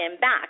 back